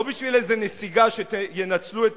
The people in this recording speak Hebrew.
לא בשביל איזו נסיגה שינצלו את